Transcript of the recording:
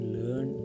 learn